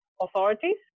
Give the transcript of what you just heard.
authorities